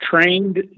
trained